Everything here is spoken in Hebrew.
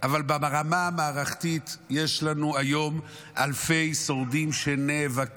אבל ברמה המערכתית יש לנו היום אלפי שורדים שנאבקים